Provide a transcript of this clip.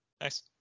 Nice